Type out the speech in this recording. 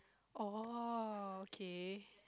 oh okay